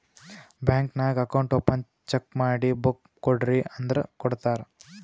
bank ನಾಗ್ account open check ಮಾಡಿ book ಕೊಡ್ರಿ ಅಂದುರ್ ಕೊಡ್ತಾರ್